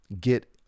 get